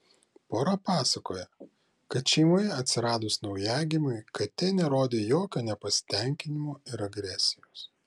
pora pasakoja kad šeimoje atsiradus naujagimiui katė nerodė jokio nepasitenkinimo ir agresijos